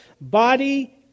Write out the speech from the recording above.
body